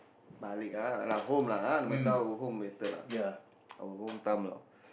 balik lah home lah no matter how go home better lah our hometown lah